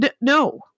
no